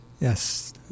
Yes